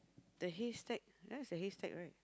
the haystack that one is the haystack right